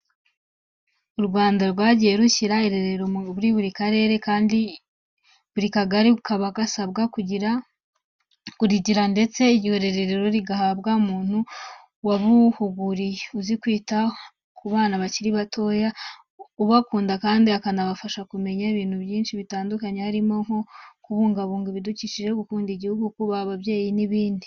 U Rwanda rwagiye rushyira irerero muri buri karere. Ikindi kandi buri kagari kaba gasabwa kurigira ndetse iryo rerero rigahabwa umuntu wabihuguriwe, uzi kwita ku bana bakiri batoya, ubakunda kandi akanabafasha kumenya ibintu byinshi bitandukanye harimo nko kubungabunga ibidukikije, gukunda Igihugu, kubaha ababyeyi n'ibindi.